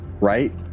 Right